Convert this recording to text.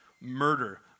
murder